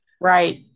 Right